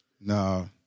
No